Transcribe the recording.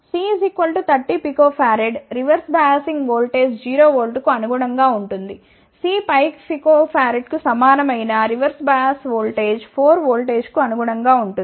C 30 pF reverse biasing voltage 0 ఓల్టేజ్కు అనుగుణంగా ఉంటుంది C 5 pFకు సమానమైన రివర్స్ బయాస్ ఓల్టేజ్ 4 ఓల్టేజ్కు అనుగుణంగా ఉంటుంది